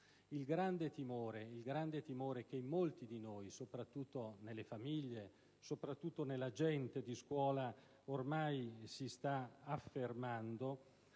Il grande timore che in molti di noi, soprattutto nelle famiglie, soprattutto nella gente della scuola, ormai si sta affermando